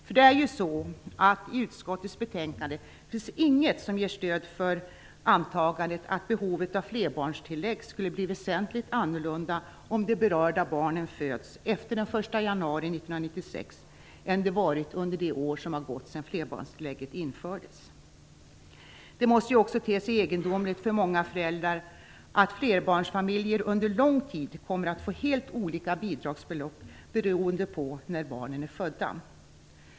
För det är ju så att i utskottets betänkande finns inget som ger stöd för antagandet att behovet av flerbarnstillägg skulle bli väsentligt annorlunda om de berörda barnen föds efter den 1 januari 1996 än det varit under de år som gått sedan flerbarnstillägget infördes. Det måste ju också te sig egendomligt för många föräldrar att flerbarnsfamiljer under lång tid kommer att få helt olika bidragsbelopp beroende på när barnen är födda.